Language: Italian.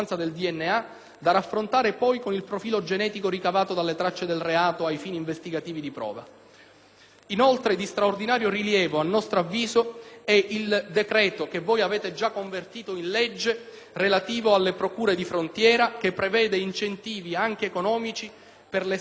da raffrontare, poi, con il profilo genetico ricavato dalle tracce del reato, a fini investigativi o di prova. Inoltre, di straordinario rilievo, a nostro avviso, è il decreto-legge n. 143 del 2008 (che voi avete già convertito in legge), relativo alle procure «di frontiera», che prevede incentivi anche economici per la